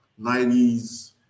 90s